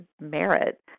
merit